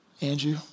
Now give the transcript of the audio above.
Andrew